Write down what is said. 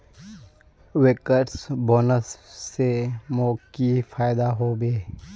bankers bonus स मोक की फयदा हबे